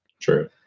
True